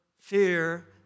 fear